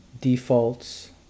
defaults